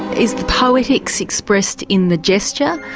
is poetics expressed in the gesture,